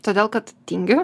todėl kad tingiu